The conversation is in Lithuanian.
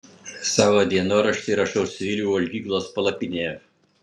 savo dienoraštį rašau civilių valgyklos palapinėje